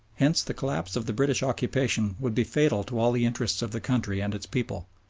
hence the collapse of the british occupation would be fatal to all the interests of the country and its people.